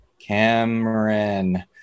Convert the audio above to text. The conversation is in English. Cameron